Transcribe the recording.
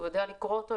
הוא יודע לקרוא אותו,